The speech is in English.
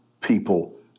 people